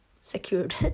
secured